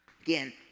Again